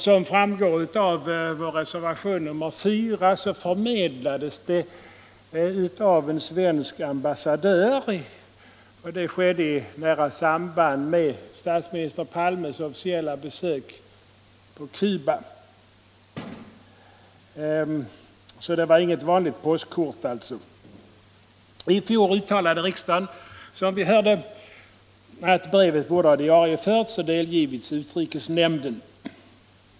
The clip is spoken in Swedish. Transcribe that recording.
Som framgår av vår reservation nr 4 förmedlades det av en svensk ambassadör, och detta skedde i nära samband med statsminister Palmes officiella besök på Cuba. Det var alltså inget vanligt påskkort. Som nämnts uttalade riksdagen i fjol att brevet borde ha diarieförts och delgivits utrikesnämnden.